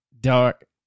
dark